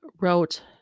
wrote